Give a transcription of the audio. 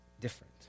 different